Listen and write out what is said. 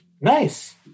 Nice